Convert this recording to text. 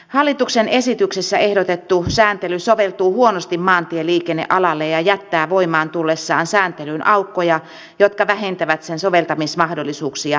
hallituksen esityksessä ehdotettu sääntely soveltuu huonosti maantieliikennealalle ja jättää voimaan tullessaan sääntelyyn aukkoja jotka vähentävät sen soveltamismahdollisuuksia maantiekuljetusalan työssä